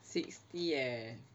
sixty eh